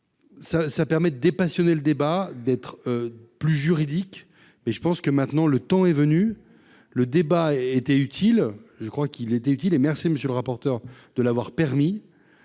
ça permet de dépassionner le débat, d'être plus juridique mais je pense que maintenant le temps est venu, le débat a été utile, je crois qu'il était utile et merci, monsieur le rapporteur de l'avoir permis,